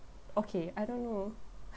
okay I don't know